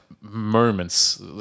moments